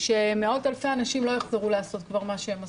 שמאות אלפי אנשים לא יחזרו לעשות כבר מה שהם עשו,